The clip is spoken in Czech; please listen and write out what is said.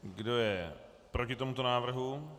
Kdo je proti tomuto návrhu?